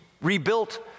rebuilt